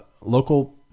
local